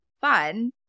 fun